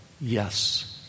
Yes